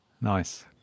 Nice